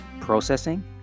processing